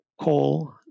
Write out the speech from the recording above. coal